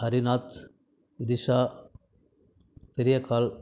Harinaths Disha பெரியக்காள்